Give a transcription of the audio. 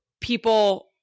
people